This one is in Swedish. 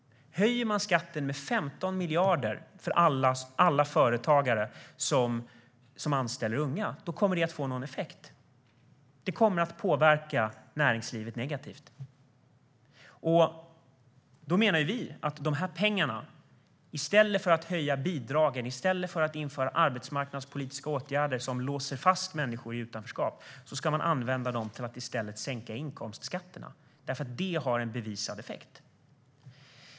Höjer man skatten med 15 miljarder för alla företagare som anställer unga kommer detta att få en effekt. Det kommer att påverka näringslivet negativt. I stället för att höja bidragen och införa arbetsmarknadspolitiska åtgärder som låser fast människor i utanförskap ska man använda pengarna till att sänka inkomstskatterna. Det har en bevisad effekt.